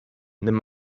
nimm